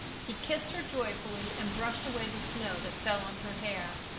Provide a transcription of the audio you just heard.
he kissed her joyfully and brushed away the snow that fell on her hair.